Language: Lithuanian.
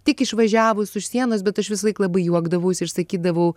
tik išvažiavus už sienos bet aš visąlaik labai juokdavaus ir sakydavau